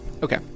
Okay